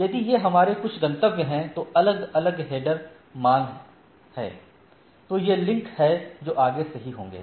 यदि ये हमारे कुछ गंतव्य हैं तो अलग अलग हेडर मान हैं तो ये लिंक हैं जो आगे सही होंगे